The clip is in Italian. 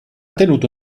tenuto